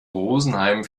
rosenheim